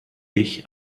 ich